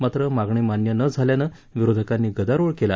मात्र मागणी मान्य न झाल्यानं विरोधकांनी गदारोळ केला